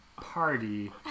party